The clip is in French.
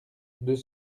deux